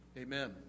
amen